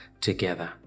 together